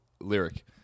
lyric